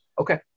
Okay